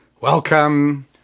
Welcome